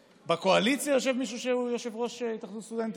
בקואליציה יושב מישהו שהיה יושב-ראש התאחדות הסטודנטים.